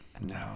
no